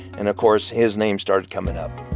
and of course, his name started coming up